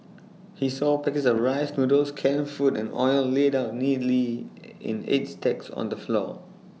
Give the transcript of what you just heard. he saw packets of rice noodles canned food and oil laid out neatly in eight stacks on the floor